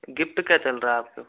gift क्या चल रहा है आपके